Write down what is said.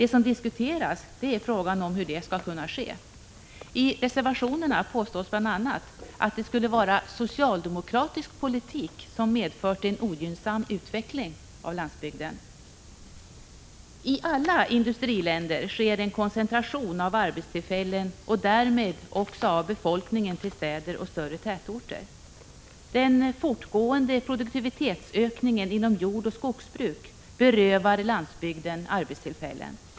Det som diskuteras är frågan om hur det skall kunna ske. I reservationerna påstås bl.a. att det skulle vara socialdemokratisk politik som har medfört en ogynnsam utveckling av landsbygden. I alla industriländer sker en koncentration av arbetstillfällen och därmed också av befolkningen till städer och större tätorter. Den fortgående produktivitetsökningen inom jordoch skogsbruk berövar landsbygden arbetstillfällen.